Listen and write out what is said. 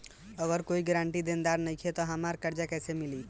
अगर कोई गारंटी देनदार नईखे त हमरा कर्जा कैसे मिली?